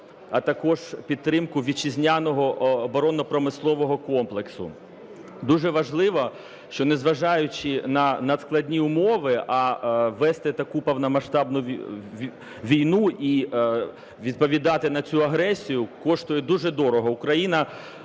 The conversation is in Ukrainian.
а також підтримку вітчизняного оборонно-промислового комплексу. Дуже важливо, що, незважаючи на надскладні умови, вести таку повномасштабну війну і відповідати на цю агресію коштує дуже дорого.